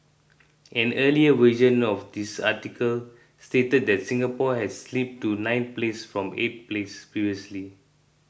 an earlier version of this article stated that Singapore had slipped to ninth place from eighth place previously